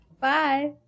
Bye